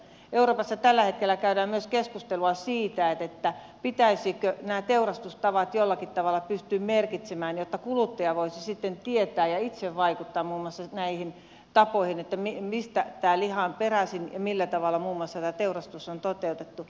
euroopassa tällä hetkellä käydään myös keskustelua siitä pitäisikö nämä teurastustavat jollakin tavalla pystyä merkitsemään jotta kuluttaja voisi sitten tietää ja itse vaikuttaa muun muassa näihin tapoihin mistä liha on peräisin ja millä tavalla muun muassa teurastus on toteutettu